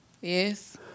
Yes